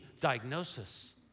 diagnosis